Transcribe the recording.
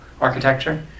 architecture